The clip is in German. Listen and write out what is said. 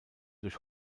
durch